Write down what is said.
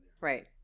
Right